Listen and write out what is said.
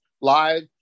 live